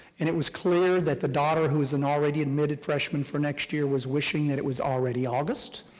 and it was clear that the daughter, who was and already admitted freshman for next year, was wishing that it was already august,